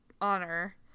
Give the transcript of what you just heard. honor